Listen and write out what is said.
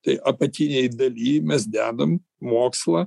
tai apatinėje daly mes dedam mokslą